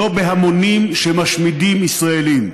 ולא בהמונים שמשמידים ישראלים.